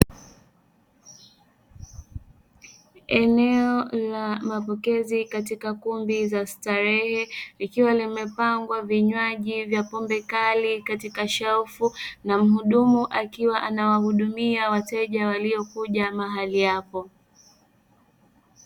Eneo la mapokezi katika kumbi za starehe, likiwa limepangwa vinywaji vya pombe kali katika shelfu, na mhudumu akiwa anawahudumia wateja waliokuja mahali hapo.